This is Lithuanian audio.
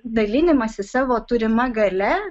dalinimąsi savo turima galia